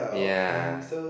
yeah